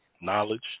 knowledge